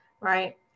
right